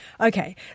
Okay